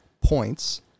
points